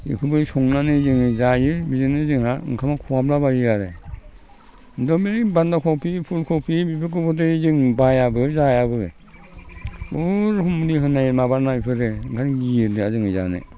बेखौबो संनानै जोङो जायो बिदिनो जोंहा ओंखामा खहाबलाबायो आरो दा बिदि बान्दा खबि फुल खबि बेफोरखौबाथाय जों बायाबो जायाबो बहुत मुलि होनाय माबानाय बेफोरो ओंखायनो गियो दा जोङो जानो